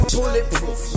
Bulletproof